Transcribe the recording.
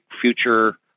future